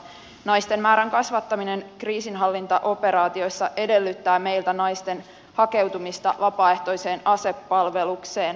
naisten määrän kasvattaminen kriisinhallintaoperaatioissa edellyttää meiltä naisten hakeutumista vapaaehtoiseen asepalvelukseen